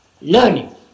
learning